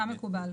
גם זה מקובל.